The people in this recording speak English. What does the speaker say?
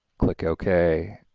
click ok,